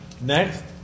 Next